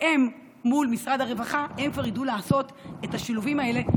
והן מול משרד הרווחה כבר ידעו לעשות את השילובים האלה,